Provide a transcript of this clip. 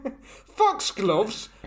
Foxgloves